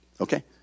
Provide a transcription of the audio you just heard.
Okay